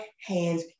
hands